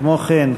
כמו כן,